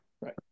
Right